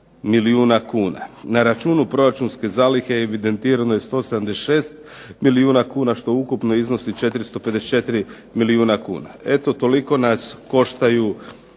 Na računu proračunske zalihe evidentirano je 176 milijuna kuna, što ukupno iznosi 454 milijuna kuna." Eto, toliko nas koštaju